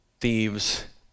thieves